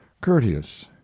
courteous